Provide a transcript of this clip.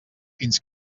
fins